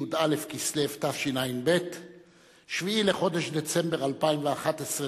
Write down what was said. י"א בכסלו התשע"ב (7 בדצמבר 2011)